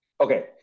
okay